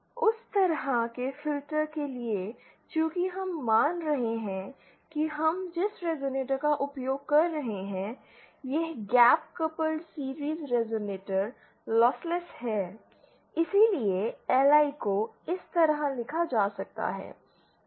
उस तरह के फिल्टर के लिए चूंकि हम मान रहे हैं कि हम जिस रेज़ोनेटर का उपयोग कर रहे हैं यह gap coupled series resonator lossless है इसलिए LI को इस तरह लिखा जा सकता है